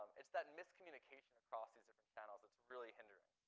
it's that miscommunication across these different channels that's really hindering.